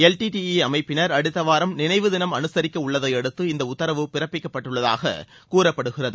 LTTE அமைப்பினர் அடுத்த வாரம் நினைவுதினம் அனுசரிக்க உள்ளதையடுத்து இந்த உத்தரவு பிறப்பிக்கப்பட்டுள்ளதாக கூறப்படுகிறது